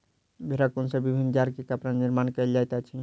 भेड़क ऊन सॅ विभिन्न जाड़ के कपड़ा निर्माण कयल जाइत अछि